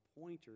pointer